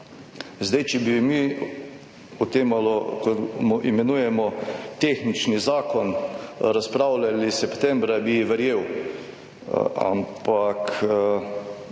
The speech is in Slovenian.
Zdaj, če bi mi, potem kot ga imenujemo tehnični zakon, razpravljali septembra, bi verjel, ampak